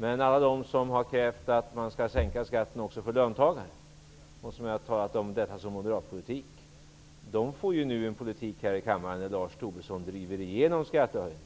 Men alla de som har krävt att man skall sänka skatten också för löntagare, vilket jag antar att de uppfattar som moderatpolitik, får här i kammaren se en politik där Lars Tobisson driver igenom skattehöjningar.